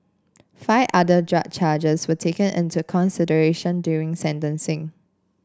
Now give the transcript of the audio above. five other drug charges were taken into consideration during sentencing